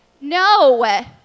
No